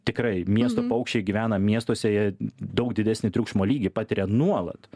tikrai miesto paukščiai gyvena miestuose jie daug didesnį triukšmo lygį patiria nuolat